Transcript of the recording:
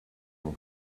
mon